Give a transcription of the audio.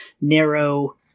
narrow